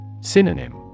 Synonym